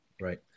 right